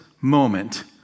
moment